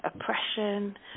oppression